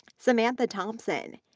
samantha thompson,